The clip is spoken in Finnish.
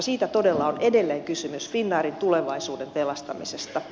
siitä todella on edelleen kysymys finnairin tulevaisuuden pelastamisesta